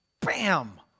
Bam